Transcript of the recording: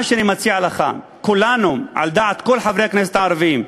מה שאני מציע לך, על דעת כל חברי הכנסת הערבים,